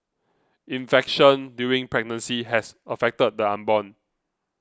infection during pregnancy has affected the unborn